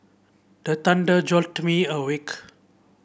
the thunder jolt me awake